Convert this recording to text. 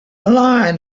line